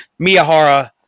Miyahara